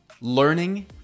Learning